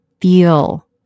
feel